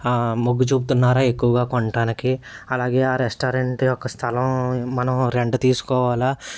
ఆ మొగ్గు చూపుతున్నారా ఎక్కువగా కొనడానికి అలాగే ఆ రెస్టారెంట్ యొక్క స్థలం మనం రెంట్ తీసుకోవాలా